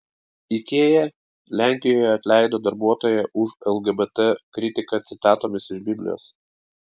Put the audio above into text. ikea lenkijoje atleido darbuotoją už lgbt kritiką citatomis iš biblijos